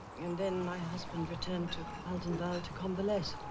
and then my husband returned to altenwald to convalesce.